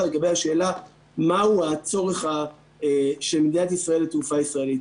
לגבי השאלה מהו הצורך של מדינת ישראל בתעופה הישראלית.